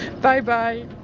Bye-bye